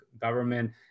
government